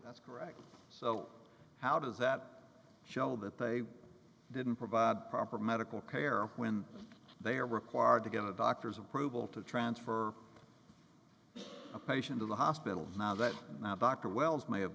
that's correct so how does that show a bit they didn't provide proper medical care when they are required to get a doctor's approval to transfer a patient in the hospital now that dr wells may have